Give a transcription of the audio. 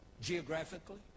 Geographically